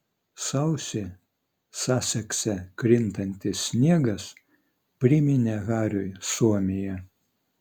sausį sasekse krintantis sniegas priminė hariui suomiją